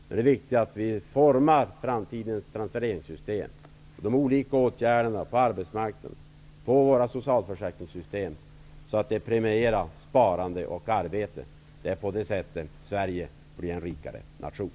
Det är viktigt att vi formar framtidens transfereringssystem, de olika åtgärderna på arbetsmarknaden, våra socialförsäkringssystem, så att de premierar sparande och arbete. Det är på det sättet Sverige blir en rikare nation.